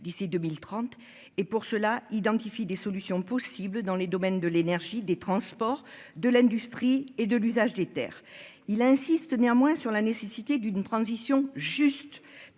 d'ici 2030 et pour cela identifie des solutions possibles dans les domaines de l'énergie, des transports, de l'industrie et de l'usage des Terres, il insiste néanmoins sur la nécessité d'une transition juste